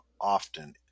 often